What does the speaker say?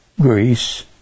Greece